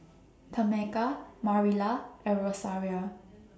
Tameka Marilla and Rosaria